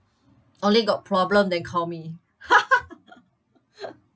only got problem then call me